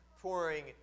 pouring